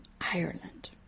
Ireland